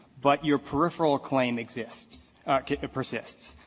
but your peripheral claim exists persists,